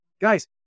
Guys